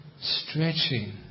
stretching